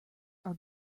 are